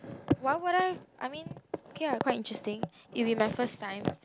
why would I I mean okay ah quite interesting it will be my first time